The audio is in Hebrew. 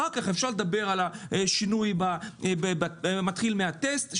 אחר כך אפשר לדבר על שינוי שיתחיל מהטסט,